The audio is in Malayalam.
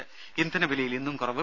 രേര ഇന്ധന വിലയിൽ ഇന്നും കുറവ്